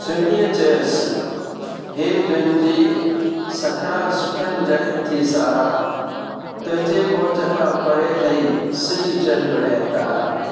सुहिणीअ चयोसि हे तुंहिंजी सखणा सुखनि जंहिं थी सहारा तुंहिंजे पहुच खां परे थई सिॼु चंड ऐं तारा